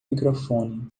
microfone